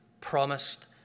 promised